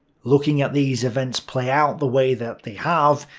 looking at these events play out the way that they have,